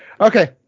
Okay